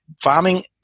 farming